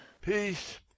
Peace